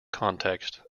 context